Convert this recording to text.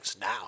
now